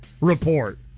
report